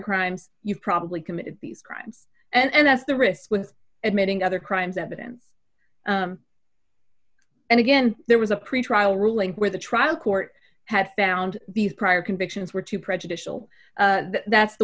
crimes you've probably committed these crimes and that's the risk with admitting other crimes evidence and again there was a pretrial ruling where the trial court had found these prior convictions were too prejudicial that's the